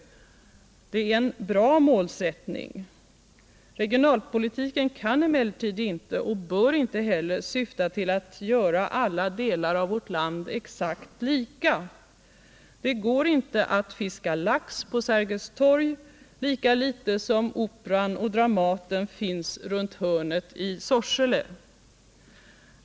Det är en bra målsättning. Regionalpolitiken kan emellertid inte och bör inte heller syfta till att göra alla delar av vårt land exakt lika. Det går inte att fiska lax på Sergels torg, lika litet som Operan och Dramaten finns runt hörnet i Sorsele.